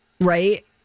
right